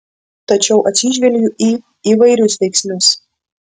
tačiau atsižvelgiu į įvairius veiksnius